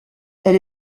elle